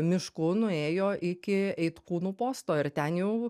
mišku nuėjo iki eitkūnų posto ir ten jau